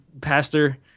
pastor